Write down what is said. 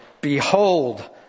Behold